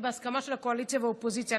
בהסכמה של הקואליציה והאופוזיציה.